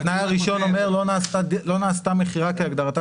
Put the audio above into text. התנאי הראשון אומר שלא נעשתה מכירה כהגדרתה